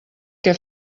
què